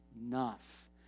enough